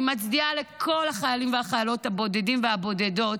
אני מצדיעה לכל החיילים והחיילות הבודדים והבודדות.